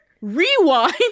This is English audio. rewind